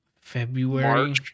February